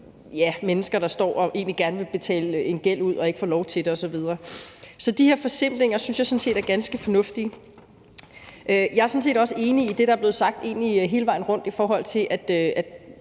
mennesker, der egentlig gerne vil betale en gæld af og ikke får lov til det osv. Så de her forenklinger synes jeg er ganske fornuftige, og jeg er sådan set også enig i det, der er blevet sagt hele vejen rundt, for jeg